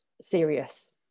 serious